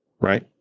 right